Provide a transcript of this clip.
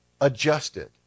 adjusted